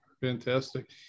Fantastic